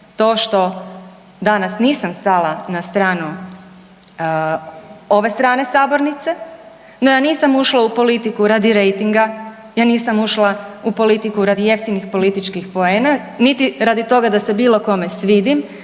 to što danas nisam stala na stranu ove strane sabornice, no ja nisam ušla u politiku radi rejtinga, ja nisam ušla u politiku radi jeftinih političkih poena, niti radi toga da se bilo kome svidim,